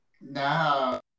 No